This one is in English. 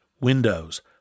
Windows